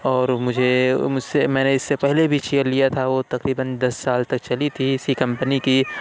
اور مجھے مجھ سے میں نے اس سے پہلے بھی چیئر لیا تھا وہ تقریباً دس سال تک چلی تھی اسی کمپنی کی